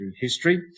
history